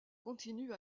continue